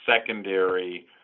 secondary